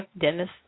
Dennis